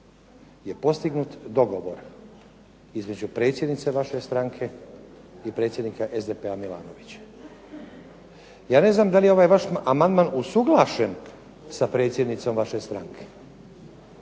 je postignut dogovor između predsjednice vaše stranke i predsjednika SDP-a Milanovića. Ja ne znam da li je ovaj vaš amandman usuglašen sa predsjednicom vaše stranke?